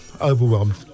Overwhelmed